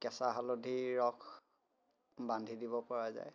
কেঁচা হালধিৰ ৰস বান্ধি দিব পৰা যায়